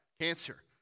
cancer